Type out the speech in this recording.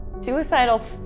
Suicidal